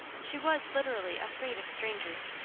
she was literally afraid of strangers,